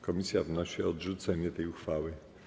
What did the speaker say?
Komisja wnosi o odrzucenie tej uchwały.